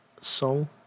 song